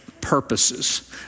purposes